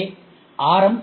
எனவே ஆர்